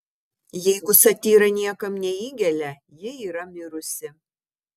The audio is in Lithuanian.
jeigu satyra niekam neįgelia ji yra mirusi